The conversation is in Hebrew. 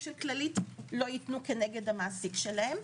של כללית לא יתנו כנגד המעסיק שלהם.